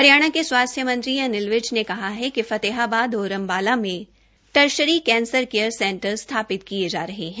हरियाणा के स्वास्थ्य मंत्री अनिल विज ने कहा कि फतेहाबाद और अम्बाला में टर्शरी कैंसर केयर सेंटर स्थापित किये जा रहे है